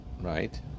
right